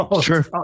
Sure